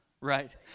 Right